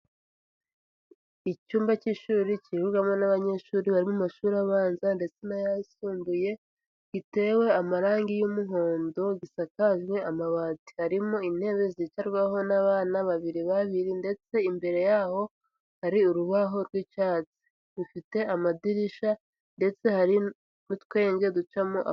Icyumba cy'ishuri kigwamo n'abanyeshuri bari mu mashuri abanza ndetse n'ayisumbuye, gitewe amarangi y'umuhondo, gisakajwe amabati. Harimo intebe zicarwaho n'abana babiri babiri ndetse imbere yaho hari urubaho rw'icyatsi. Rufite amadirishya ndetse hari n'utwenge ducamo.